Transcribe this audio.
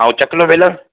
ऐं चकलो बेलन